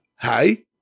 Hey